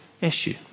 issue